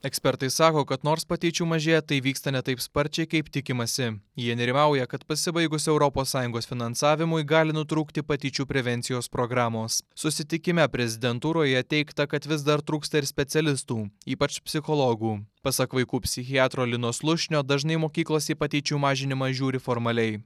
ekspertai sako kad nors patyčių mažėja tai vyksta ne taip sparčiai kaip tikimasi jie nerimauja kad pasibaigus europos sąjungos finansavimui gali nutrūkti patyčių prevencijos programos susitikime prezidentūroje teigta kad vis dar trūksta ir specialistų ypač psichologų pasak vaikų psichiatro lino slušnio dažnai mokyklos į patyčių mažinimą žiūri formaliai